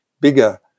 bigger